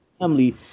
family